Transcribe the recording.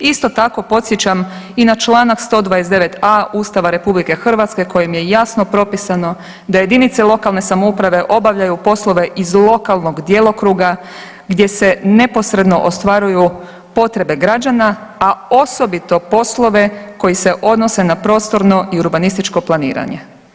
Isto tako podsjećam i na čl129.a Ustava RH kojim je jasno propisano da jedinice lokalne samouprave obavljaju poslove iz lokalnog djelokruga gdje se neposredno ostvaruju potrebe građana, a osobito poslove koji se odnose na prostorno i urbanističko planiranje.